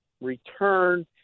return